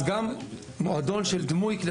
אז גם מועדון של דמוי כלי ירייה,